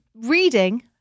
reading